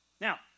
Now